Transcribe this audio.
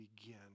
begin